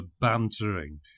bantering